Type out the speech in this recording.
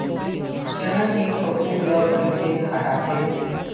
चना के फफूंद ल कइसे हटाथे?